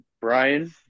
Brian